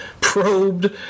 probed